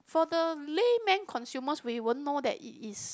for the layman consumers we won't know that it is